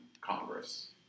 Congress